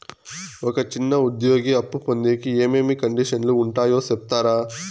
ఒక చిన్న ఉద్యోగి అప్పు పొందేకి ఏమేమి కండిషన్లు ఉంటాయో సెప్తారా?